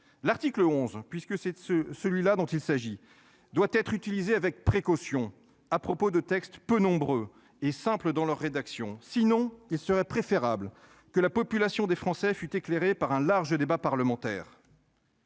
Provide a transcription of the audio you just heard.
l'article 11 puisque cette ce celui-là dont il s'agit doit être utilisé avec précaution. À propos de texte peu nombreux et simples dans leur rédaction sinon il serait préférable que la population des Français fut éclairé par un large débat parlementaire.